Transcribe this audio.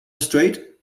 strait